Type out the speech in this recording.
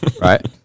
right